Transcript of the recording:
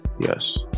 Yes